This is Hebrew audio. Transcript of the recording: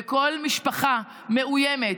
ולכל משפה מאוימת,